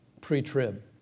pre-trib